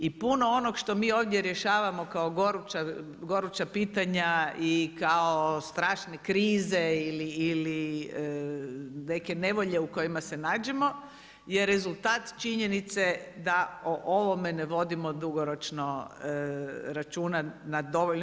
I puno onog što mi ovdje rješavamo kao goruća pitanja i kao strašne krize ili neke nevolje u kojima se nađemo je rezultat činjenice da o ovome ne vodimo dugoročno računa dovoljno.